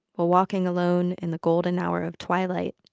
while walking alone in the golden hour of twilight,